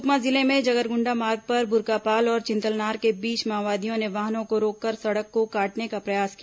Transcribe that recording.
सुकमा जिले में जगरगुंडा मार्ग पर बुरकापाल और चिंतलनार के बीच माओवादियों ने वाहनों को रोककर सड़क को काटने का प्रयास किया